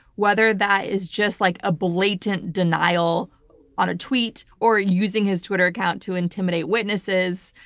whether that is just like a blatant denial on a tweet, or using his twitter account to intimidate witnesses,